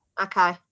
Okay